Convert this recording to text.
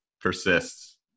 persists